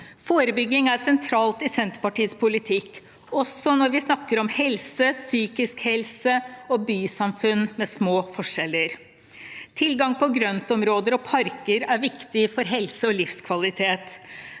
Forebygging er sentralt i Senterpartiets politikk, også når vi snakker om helse, psykisk helse og bysamfunn med små forskjeller. Tilgang på grøntområder og parker er viktig for helse og livskvalitet.